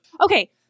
Okay